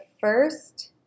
first